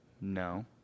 No